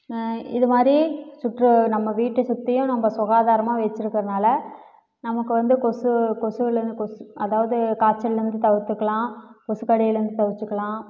இது மாதிரி சுற்று நம்ம வீட்டை சுற்றியும் நம்ம சுகாதாரமாக வச்சுருக்குறனால நமக்கு வந்து கொசு கொசுவில் இருந்து கொசு அதாவது காய்ச்சல்லேந்து தவிர்த்துக்கலாம் கொசு கடியிலெருந்து தவிச்சுக்கலாம்